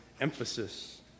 emphasis